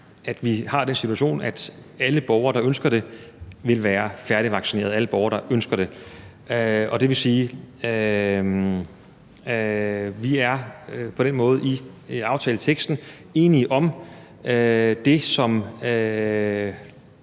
at vi har den situation, at alle borgere, der ønsker det, vil være færdigvaccineret – alle borgere, der ønsker det. Og det vil sige, at vi på den måde i aftaleteksten er enige om det, som